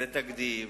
זה תקדים,